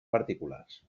particulars